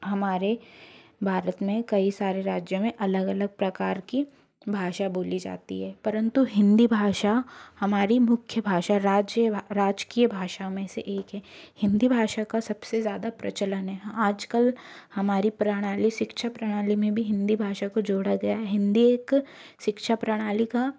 हमारे भारत में कई सारे राज्यों में अलग अलग प्रकार की भाषा बोली जाती है परंतु हिंदी भाषा हमारी मुख्य भाषा राजकीय भाषा में से एक है हिंदी भाषा का सब से ज़्यादा प्रचलन है हाँ आज कल हमारी प्रणाली शिक्षा प्रणाली में भी हिंदी भाषा को जोड़ा गया हिंदी एक शिक्षा प्रणाली का